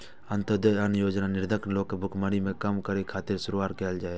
अंत्योदय अन्न योजना निर्धन लोकक भुखमरी कें कम करै खातिर शुरू कैल गेल रहै